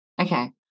Okay